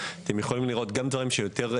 אתם יכולים לראות גם דברים שיותר,